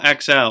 XL